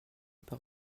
par